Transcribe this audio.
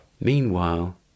Meanwhile